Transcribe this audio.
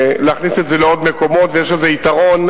להכניס את זה לעוד מקומות, ויש לזה יתרון.